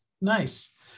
Nice